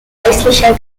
häuslicher